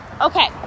Okay